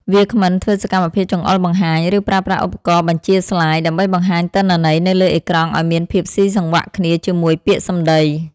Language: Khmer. វាគ្មិនធ្វើសកម្មភាពចង្អុលបង្ហាញ ឬប្រើប្រាស់ឧបករណ៍បញ្ជាស្លាយ ដើម្បីបង្ហាញទិន្នន័យនៅលើអេក្រង់ឱ្យមានភាពស៊ីសង្វាក់គ្នាជាមួយពាក្យសម្ដី។